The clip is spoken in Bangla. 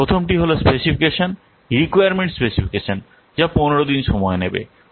প্রথমটি হল স্পেসিফিকেশন রিকোয়ারমেন্ট স্পেসিফিকেশন যা 15 দিন সময় নেবে